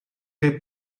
che